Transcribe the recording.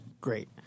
Great